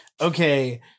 Okay